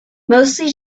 mostly